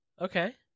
Okay